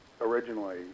originally